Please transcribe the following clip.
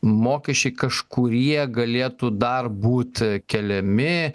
mokesčiai kažkurie galėtų dar būt keliami